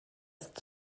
ist